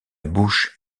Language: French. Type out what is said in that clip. bouche